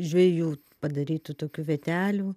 žvejų padarytų tokių vietelių